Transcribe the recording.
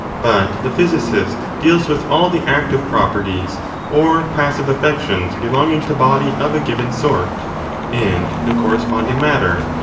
but the physicist deals with all the active properties or passive affec tions belonging to body of a given sort and the corresponding matter?